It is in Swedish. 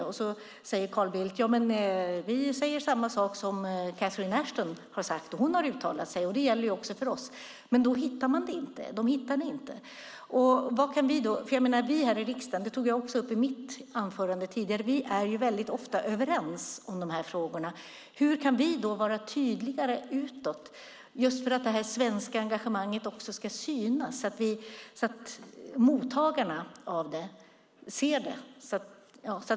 Jo, Carl Bildt säger att vi säger samma sak som Catherine Ashton har sagt när hon har uttalat sig; det gäller också för oss. Men då hittar man det inte. De hittade det inte. Vi här i riksdagen är ju, vilket jag också tog upp i mitt anförande tidigare, väldigt ofta överens om de här frågorna. Hur kan vi då vara tydligare utåt för att det svenska engagemanget också ska synas, så att mottagarna av det ser det?